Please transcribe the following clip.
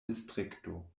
distrikto